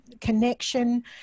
connection